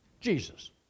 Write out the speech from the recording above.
Jesus